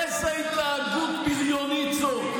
איזו התנהגות בריונית זאת.